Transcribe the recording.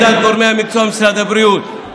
לדעת גורמי המקצוע במשרד הבריאות,